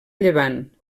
llevant